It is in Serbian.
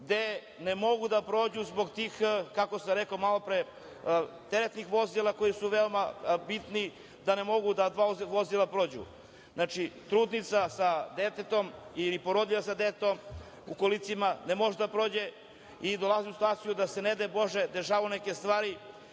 gde ne mogu da prođu zbog tih, kako sam rekao malopre, teretnih vozila, koja su veoma bitna, ne mogu da dva vozila prođu. Znači, trudnica sa detetom ili porodilja sa detetom u kolicima ne može da prođe i dolazi u situaciju da se, ne daj Bože, dešavaju neke stvari